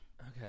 Okay